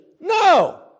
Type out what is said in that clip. No